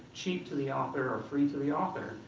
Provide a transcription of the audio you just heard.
cheap to the author, or free to the author.